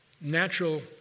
natural